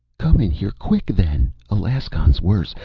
come in here quick then. alaskon's worse.